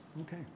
okay